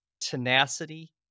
tenacity